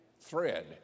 thread